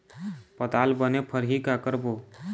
पताल बने फरही का करबो?